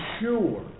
sure